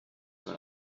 sur